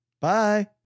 Bye